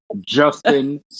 justin